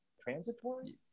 transitory